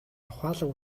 ухаалаг